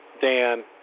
Dan